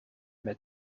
met